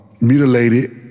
mutilated